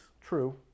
True